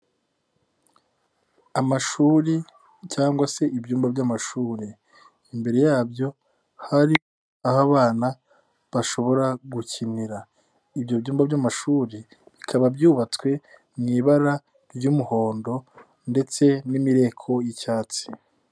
Amashuri cyangwa se ibyumba by'amashuri. Imbere yabyo hari aho abana bashobora gukinira. Ibyo byumba by'amashuri bikaba byubatswe mu ibara ry'umuhondo ndetse n'imireko y'icyatsi.